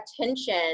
attention